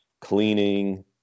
cleaning